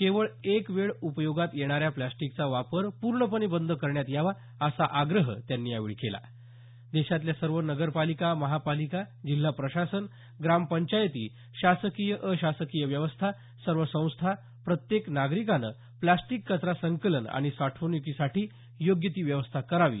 केवळ एक वेळ उपयोगात येणाऱ्या प्लॉस्टिकचा वापर पूर्णपणे बंद करण्यात यावा असा आग्रह त्यांनी यावेळी केला असून देशातल्या सर्व नगरपालिका महानगरपालिका जिल्हा प्रशासन ग्रामपंचायती शासकीय अशासकीय व्यवस्था सर्व संस्था प्रत्येक नागरिकानं प्लास्टिक कचरा संकलन आणि साठवणुकीसाठी योग्य ती व्यवस्था करावी